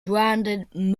branded